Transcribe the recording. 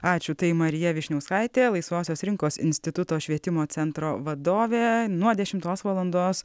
ačiū tai marija vyšniauskaitė laisvosios rinkos instituto švietimo centro vadovė nuo dešimtos valandos